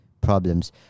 problems